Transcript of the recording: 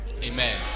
Amen